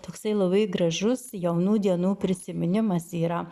toksai labai gražus jaunų dienų prisiminimas yra